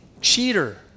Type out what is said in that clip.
cheater